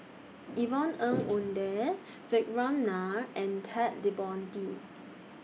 Yvonne Ng Uhde Vikram Nair and Ted De Ponti